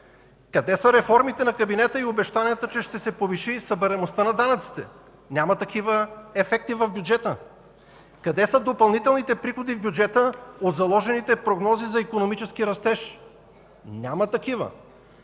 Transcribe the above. Къде са реформите на кабинета и обещанията, че ще се повиши събираемостта на данъците? Няма такива ефекти в бюджета. Къде са допълнителните приходи в бюджета от заложените прогнози за икономически растеж? Няма такива.